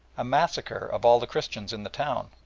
a massacre of all the christians in the town.